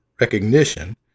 recognition